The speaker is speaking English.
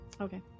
Okay